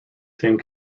same